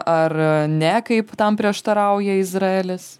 ar ne kaip tam prieštarauja izraelis